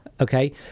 Okay